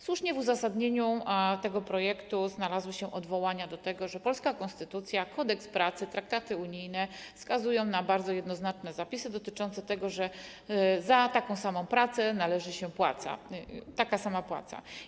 Słusznie w uzasadnieniu tego projektu znalazły się odwołania do tego, że polska konstytucja, Kodeks pracy, traktaty unijne zawierają bardzo jednoznaczne zapisy dotyczące tego, że za taką samą pracę należy się taka sama płaca.